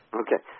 okay